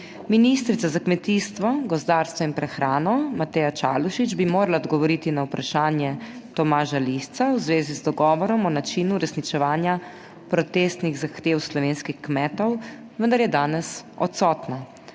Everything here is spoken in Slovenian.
Ministrica za kmetijstvo, gozdarstvo in prehrano Mateja Čalušić bi morala odgovoriti na vprašanje Tomaža Lisca v zvezi z dogovorom o načinu uresničevanja protestnih zahtev slovenskih kmetov, vendar je danes odsotna.